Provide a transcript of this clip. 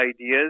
ideas